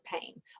pain